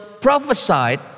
prophesied